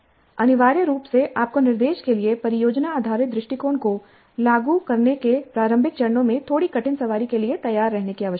अनिवार्य रूप से आपको निर्देश के लिए परियोजना आधारित दृष्टिकोण को लागू करने के प्रारंभिक चरणों में थोड़ी कठिन सवारी के लिए तैयार रहने की आवश्यकता है